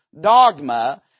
dogma